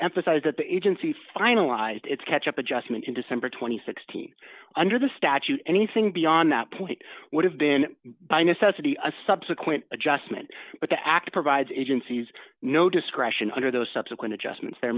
emphasize that the agency finalized its catch up adjustment in december two thousand and sixteen under the statute anything beyond that point would have been by necessity a subsequent adjustment but the act provides agencies no discretion under those subsequent adjustments the